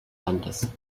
landes